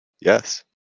Yes